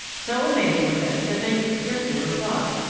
so amazed were they that they could scarcely reply,